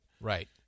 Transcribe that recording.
right